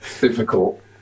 difficult